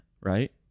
right